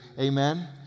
Amen